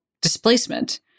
Displacement